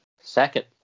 Second